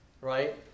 right